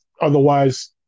otherwise